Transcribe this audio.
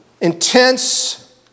Intense